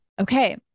Okay